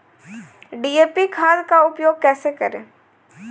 DAP खाद का उपयोग कैसे करें?